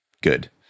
good